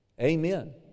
Amen